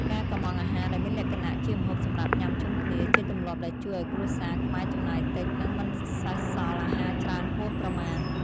ការកុម្ម៉ង់អាហារដែលមានលក្ខណៈជាម្ហូបសម្រាប់ញ៉ាំជុំគ្នា ជាទម្លាប់ដែលជួយឱ្យគ្រួសារខ្មែរចំណាយតិច និងមិនសេសសល់អាហារច្រើនហួសប្រមាណ។